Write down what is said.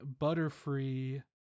Butterfree